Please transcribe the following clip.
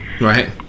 right